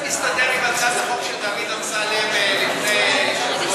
איך זה מסתדר עם הצעת החוק של דוד אמסלם מלפני שבוע?